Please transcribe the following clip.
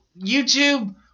YouTube